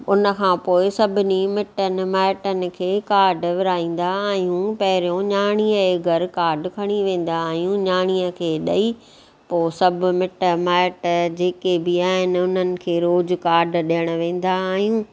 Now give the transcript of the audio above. उनखां पोइ सभिनी मिटनि माइटनि खे कार्ड विरहाईंदा आहियूं पहिरियों नियाणीअ जे घरु कार्ड खणी वेंदा आहियूं नियाणीअ खे ॾई पोइ सभु मिट जेके बि आहिनि उन्हनि खे रोज़ कार्ड ॾियणु वेंदा आहियूं